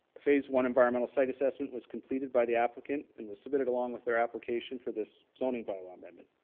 a phase one environmental site assessment was completed by the applicant and was submitted along with their application for this zoning bylaw amendment.